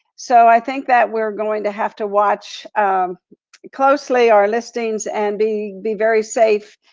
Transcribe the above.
so i think that we're going to have to watch closely our listings and be be very safe.